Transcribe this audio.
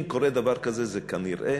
אם קורה דבר כזה, זה כנראה